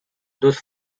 those